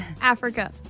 Africa